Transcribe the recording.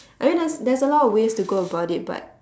I mean there's there's a lot ways to go about it but